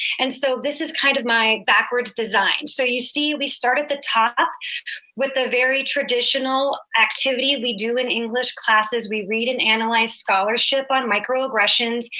and so this is kind of my backwards design. so you see, we start at the top with the very traditional activity we do in english classes, we read and analyze scholarship on microaggressions,